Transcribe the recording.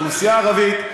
האוכלוסייה הערבית,